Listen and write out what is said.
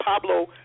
Pablo